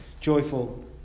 joyful